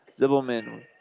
Zibelman